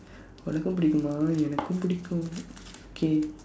உனக்கும் பிடிக்குமா:unakkum pidikkumaa எனக்கும் பிடிக்கும்:enakkum pidikkum okay